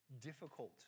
difficult